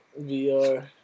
VR